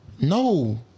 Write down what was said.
No